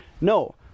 No